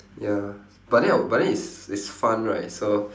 ya but then oh but then it's it's fun right so